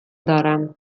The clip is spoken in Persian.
دارم